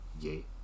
Yay